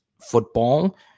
football